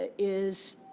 is,